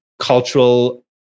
cultural